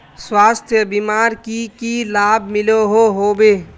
स्वास्थ्य बीमार की की लाभ मिलोहो होबे?